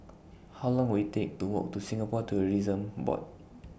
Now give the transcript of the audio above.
How Long Will IT Take to Walk to Singapore Tourism Board